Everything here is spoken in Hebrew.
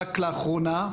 רק לאחרונה.